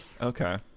Okay